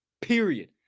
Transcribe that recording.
period